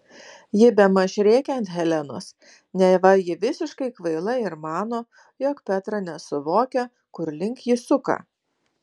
ji bemaž rėkia ant helenos neva ji visiškai kvaila ir mano jog petra nesuvokia kur link ji suka